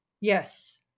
Yes